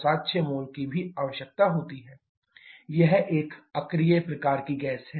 CH4 2O2 376N2 → CO2 2H2O 2 × 376N2 यह एक अक्रिय प्रकार की गैस है